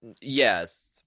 Yes